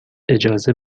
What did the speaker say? اجازه